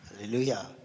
Hallelujah